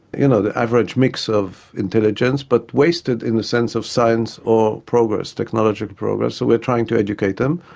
you know, the average mix of intelligence but wasted in the sense of science or progress, technological progress, so we are trying to educate them.